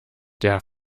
der